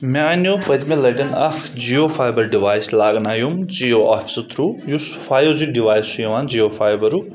مےٚ اَنِیو پٔتمہِ لٹؠن اکھ جِیو فایِبَر ڈِوایِس لاگنایوم جِیو آفسہٕ تھرٛوٗ یُس فایو جی ڈِوایِس چھُ یِوان جِیو فایِبَرُک